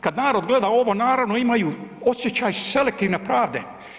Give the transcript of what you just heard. Kad narod gleda ovo naravno imaju osjećaj selektivne pravde.